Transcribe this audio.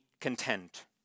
content